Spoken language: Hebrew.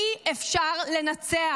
אי-אפשר לנצח.